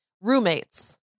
roommates